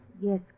Yes